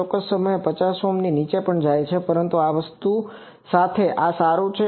ચોક્કસ સમયે તે 50Ω ઓહ્મની નીચે પણ જાય છે પરંતુ આ વસ્તુ સાથે આ સારું છે